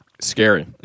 Scary